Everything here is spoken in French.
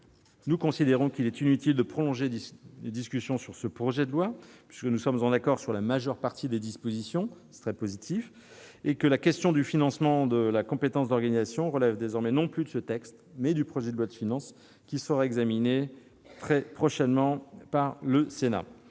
nous considérons qu'il est inutile de prolonger les discussions sur ce projet de loi, sachant que nous sommes en accord sur la majeure partie des dispositions qu'il contient, ce qui est très positif, et que la question du financement de la compétence d'organisation des mobilités relève désormais non plus de ce texte, mais du projet de loi de finances qui sera examiné très prochainement par le Sénat.